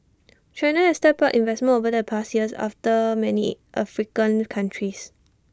China has stepped up investment over the past years after many African countries